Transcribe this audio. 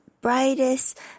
brightest